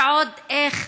ועוד איך,